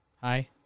Hi